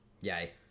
Yay